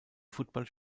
football